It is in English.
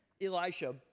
Elisha